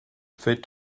fait